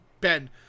Ben